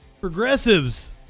Progressives